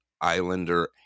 Islander